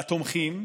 והתומכים?